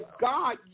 God